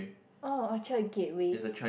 oh Orchard-Gateway